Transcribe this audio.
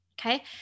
Okay